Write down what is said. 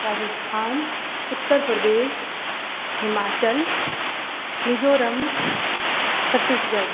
Rajasthan Uttar Pradesh Himachal Mizoram Chhattisgarh